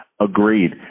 Agreed